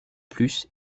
plus